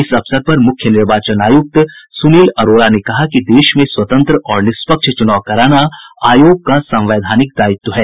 इस अवसर पर मुख्य निर्वाचन आयुक्त सुनील अरोड़ा ने कहा कि देश में स्वतंत्र और निष्पक्ष चुनाव कराना आयोग का संवैधानिक दायित्व है